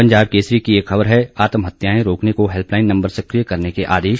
पंजाब केसरी की एक खबर है आत्महत्याएं रोकने को हैल्पलाइन नंबर सकिय करने के आदेश